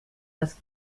das